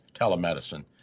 Telemedicine